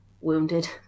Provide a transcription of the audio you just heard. wounded